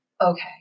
Okay